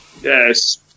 Yes